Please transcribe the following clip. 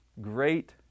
Great